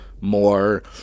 more